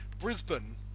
Brisbane